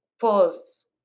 pause